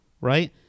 right